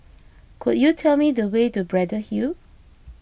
could you tell me the way to Braddell Hill